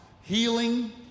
healing